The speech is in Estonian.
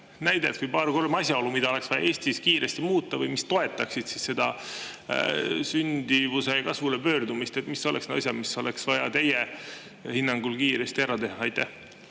näidet või paar-kolm asjaolu, mida oleks vaja Eestis kiiresti muuta või mis toetaksid sündimuse kasvule pöördumist? Mis on asjad, mis oleks vaja teie hinnangul kiiresti ära teha? Aitäh,